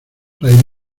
fray